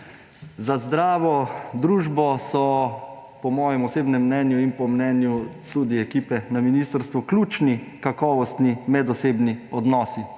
Za zdravo družbo so po mojem osebnem mnenju in po mnenju tudi ekipe na ministrstvu ključni kakovostni medosebni odnosi.